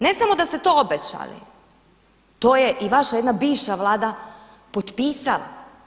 Ne samo da ste to obećali to je i vaša jedna bivša Vlada potpisala.